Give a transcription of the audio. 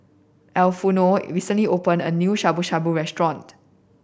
Arnulfo recently opened a new Shabu Shabu Restaurant